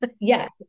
Yes